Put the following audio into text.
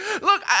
Look